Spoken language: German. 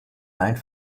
einen